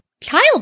child